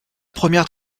première